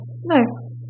Nice